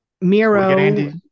Miro